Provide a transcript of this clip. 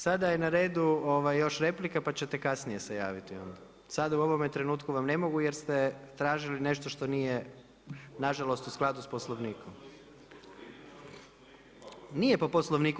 Sada je na redu još replika pa ćete kasnije se javiti onda, sada u ovome trenutku vam ne mogu jer ste tražili nešto što nije nažalost u skladu sa Poslovnikom. … [[Upadica se ne čuje.]] Nije po Poslovniku.